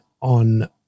on